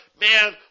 man